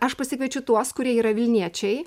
aš pasikviečiu tuos kurie yra vilniečiai